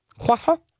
Croissant